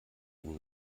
ihnen